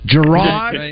Gerard